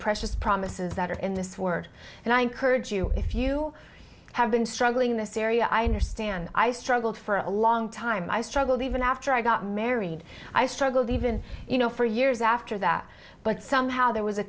promises that are in this word and i encourage you if you have been struggling in this area einar stand i struggled for a long time i struggled even after i got married i struggled even you know for years after that but somehow there was a